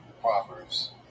Proverbs